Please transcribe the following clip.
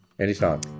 Anytime